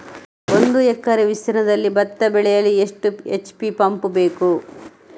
ಒಂದುಎಕರೆ ವಿಸ್ತೀರ್ಣದಲ್ಲಿ ಭತ್ತ ಬೆಳೆಯಲು ಎಷ್ಟು ಎಚ್.ಪಿ ಪಂಪ್ ಬೇಕು?